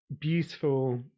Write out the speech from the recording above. beautiful